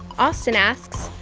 austin asks,